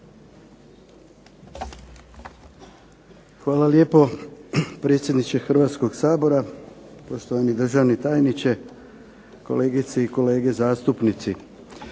Hvala lijepo predsjedniče Hrvatskog sabora, poštovani državni tajniče, kolegice i kolege zastupnici.